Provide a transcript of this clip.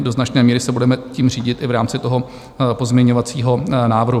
Do značné míry se budeme tím řídit v rámci toho pozměňovacího návrhu.